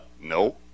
no